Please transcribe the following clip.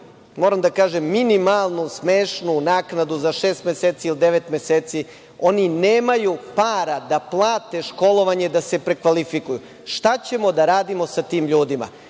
moram da kažem, minimalnu, smešnu naknadu za šest ili devet meseci. Oni nemaju para da plate školovanje da se prekvalifikuju. Šta ćemo da radimo sa tim ljudima?